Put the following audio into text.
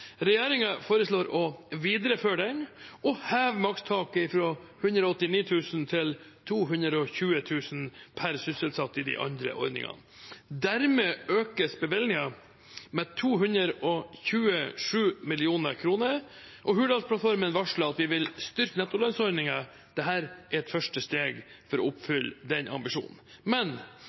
foreslår å videreføre den og hever makstaket fra 189 000 kr til 220 000 kr per sysselsatt i de andre ordningene. Dermed økes bevilgningen med 227 mill. kr. Hurdalsplattformen varsler at vi vil styrke nettolønnsordningen. Dette er et første steg for å oppfylle den ambisjonen.